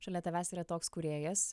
šalia tavęs yra toks kūrėjas